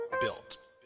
built